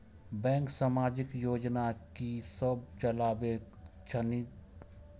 Bank समाजिक योजना की सब चलावै छथिन?